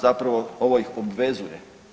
Zapravo, ovo ih obvezuje.